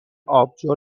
آبجو